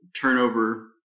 turnover